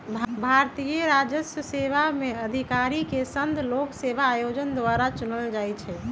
भारतीय राजस्व सेवा में अधिकारि के संघ लोक सेवा आयोग द्वारा चुनल जाइ छइ